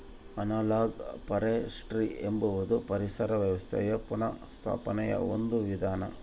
analogue forestry ಎಂಬುದು ಪರಿಸರ ವ್ಯವಸ್ಥೆಯ ಪುನಃಸ್ಥಾಪನೆಯ ಒಂದು ವಿಧಾನ